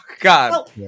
God